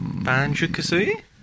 Banjo-Kazooie